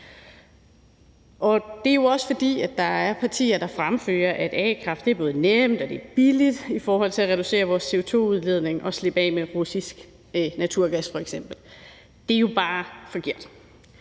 Det er jo også, fordi der er partier, der fremfører, at a-kraft både er nemt og billigt i forhold til at reducere vores CO2-udledning og til at slippe af med f.eks. russisk naturgas. Det er jo bare forkert.